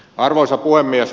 arvoisa puhemies